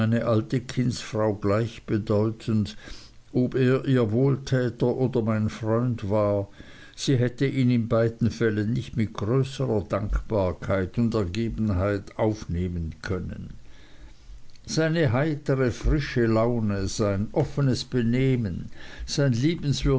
alte kindsfrau gleichbedeutend ob er ihr wohltäter oder mein freund war sie hätte ihn in beiden fällen nicht mit größerer dankbarkeit und ergebenheit aufnehmen können seine heitere frische laune sein offnes benehmen sein